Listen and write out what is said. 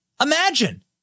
Imagine